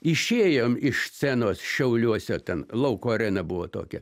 išėjom iš scenos šiauliuose ten lauko arena buvo tokia